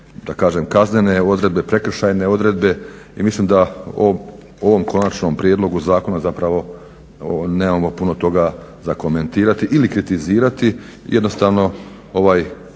i one kaznene odredbe, prekršajne odredbe i mislim da o ovom konačnom prijedlogu zakona zapravo nemamo puno toga za komentirati ili kritizirati. Jednostavno ovaj